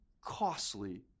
costly